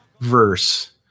verse